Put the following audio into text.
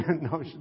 No